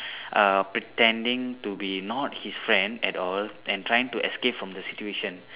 uh pretending to be not his friend at all and trying to escape from the situation